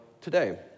today